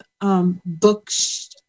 books